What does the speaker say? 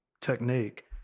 technique